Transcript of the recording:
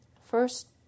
first